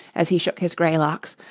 as he shook his grey locks,